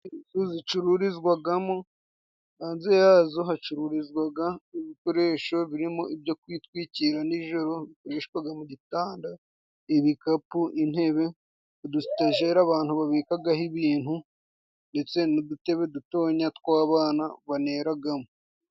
Inzu zicururizwagamo, hanze yazo hacururizwaga ibikoresho birimo ibyo kwitwikira nijoro bishwaga mu gitanda, ibikapu, intebe, udusitajeri abantu babikagaho ibintu ndetse n'udutebe dutoya two abana baneragamo.